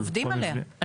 אנחנו עובדים עליה.